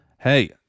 Hey